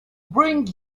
bring